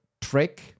trick